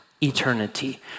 eternity